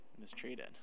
mistreated